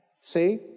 see